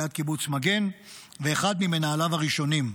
ליד קיבוץ מגן, ואחד ממנהליו הראשונים.